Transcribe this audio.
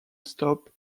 stop